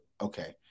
Okay